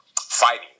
fighting